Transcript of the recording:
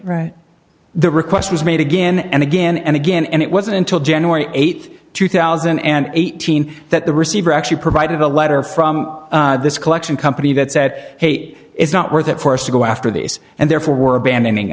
right the request was made again and again and again and it wasn't until january th two thousand and eighteen that the receiver actually provided a letter from this collection company that said hate is not worth it for us to go after these and therefore we're abandoning